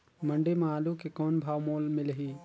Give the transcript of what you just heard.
मंडी म आलू के कौन भाव मोल मिलही?